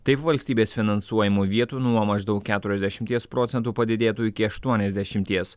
taip valstybės finansuojamų vietų nuo maždaug keturiasdešimties procentų padidėtų iki aštuoniasdešimties